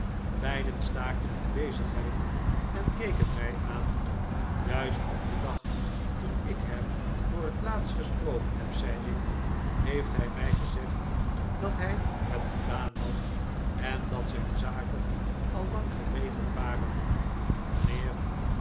beiden staakten hun bezigheid en keken mij aan juist op den dag toen ik hem voor het laatst gesproken heb zei ik heeft hij mij gezegd dat hij het gedaan had en dat zijn zaken al lang geregeld waren mijnheer